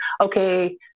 okay